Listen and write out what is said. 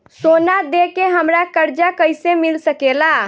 सोना दे के हमरा कर्जा कईसे मिल सकेला?